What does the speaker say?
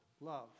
love